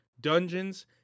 dungeons